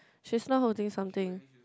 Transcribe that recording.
she's not holding something